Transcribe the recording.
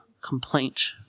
complaint